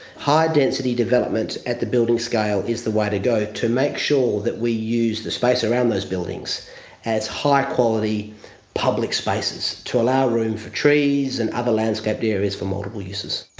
high-density development at the building scale is the way to go, to make sure that we use the space around those buildings as high quality public spaces, to allow room for trees and other landscaped areas for multiple uses.